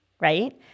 right